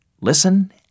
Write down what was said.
Listen